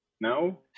No